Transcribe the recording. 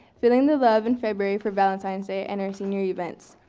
feeling the love in february for valentine's day and our senior events.